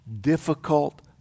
difficult